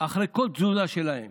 אחרי כל תזוזה שלהם